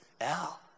Al